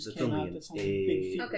Okay